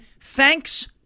thanks